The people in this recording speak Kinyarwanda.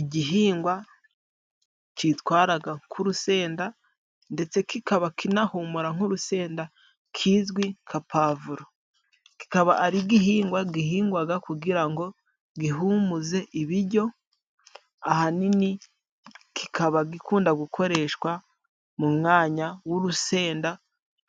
Igihingwa kitwaraga k'urusenda, ndetse kikaba kinahumura nk'urusenda. Kizwi nkapavuro kikaba ari igihingwa, gihingwaga kugira ngo gihumuze ibiryo ahanini. Kikaba gikunda gukoreshwa mu mwanya w'urusenda,